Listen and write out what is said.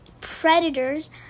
predators